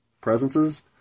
presences